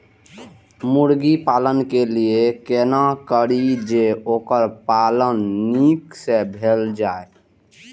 मुर्गी पालन के लिए केना करी जे वोकर पालन नीक से भेल जाय?